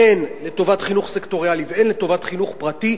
הן לטובת חינוך סקטוריאלי והן לטובת חינוך פרטי,